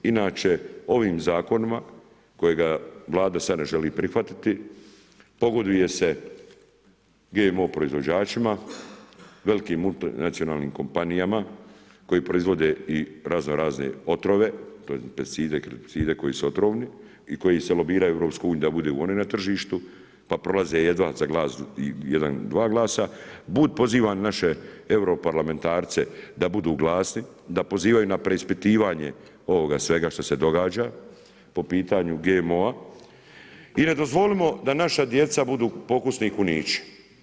Inače ovim Zakonom kojega Vlada sad ne želi prihvatiti pogoduje se GMO proizvođačima, velikim multinacionalnim kompanijama koji proizvode i razno-razne otrove, to je pesticide, herbicide koji su otrovni i koji se lobiraju u EU da budu oni na tržištu, pa prolaze jedva za glas i jedan, dva glasa. ... poziva naše europarlamentarce da budu glasni, da pozivaju na preispitivanje ovoga svega što se događa po pitanju GMO-a i ne dozvolimo da naša djeca budu pokusni kunići.